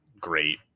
great